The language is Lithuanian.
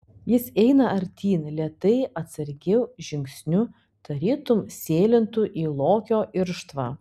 jis eina artyn lėtai atsargiu žingsniu tarytum sėlintų į lokio irštvą